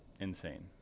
Insane